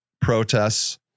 protests